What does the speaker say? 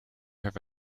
have